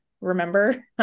remember